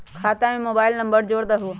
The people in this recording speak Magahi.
खाता में मोबाइल नंबर जोड़ दहु?